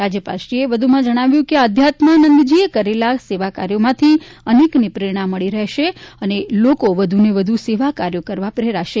રાજ્યપાલશ્રીએ વધુમાં જણાવ્યું હતું કે આધ્યાત્માનંદજીએ કરેલા સેવા કાર્યોમાંથી અનેકને પ્રેરણા મળી રહેશે અને લોકો વધુને વધુ સેવા કાર્યો કરવા પ્રેરાશે